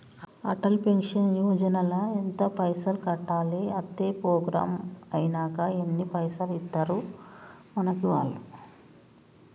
Atal pension Yojana ల ఎంత పైసల్ కట్టాలి? అత్తే ప్రోగ్రాం ఐనాక ఎన్ని పైసల్ ఇస్తరు మనకి వాళ్లు?